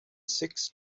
six